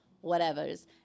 whatever's